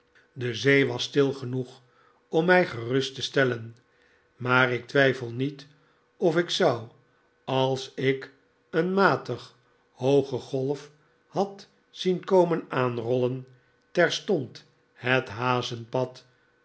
de zee was stil genoeg om mij gerust te stellen maar ik twijfel niet of ik zou als ik een matig hooge golf had zien komen aanrollen terstond het hazenpad